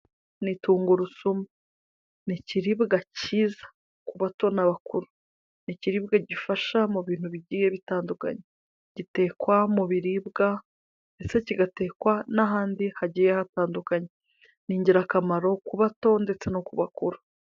Ni tungurusumu ni ikiribwa cyiza ku bato n'abakuru, ni ikiribwa gifasha mu bintu bigiye bitandukanye, gitekwa mu biribwa ndetse kigatekwa n'ahandi hagiye hatandukanye, ni ingirakamaro ku bato ndetse no ku bakuru.